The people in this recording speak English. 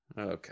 okay